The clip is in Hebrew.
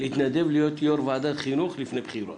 להתנדב להיות יושב-ראש ועדת חינוך לפני בחירות.